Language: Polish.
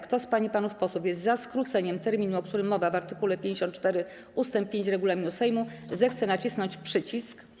Kto z pań i panów posłów jest za skróceniem terminu, o którym mowa w art. 54 ust. 5 regulaminu Sejmu, zechce nacisnąć przycisk.